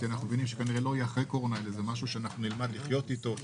כי אנחנו מבינים שלא יהיה אחרי הקורונה אלא משהו שנלמד לחיות אותו,